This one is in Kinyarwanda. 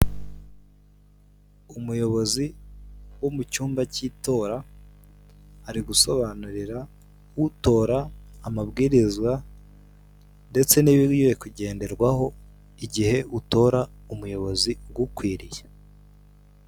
Umuyobozi wo mucyumba k'itora ari gusobanurira utora amabwirizwa ndetse n'ibigiye kugenderaho igihe utora umuyobozi ugukwiriye.